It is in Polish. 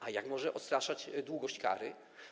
A jak może odstraszać długość kary?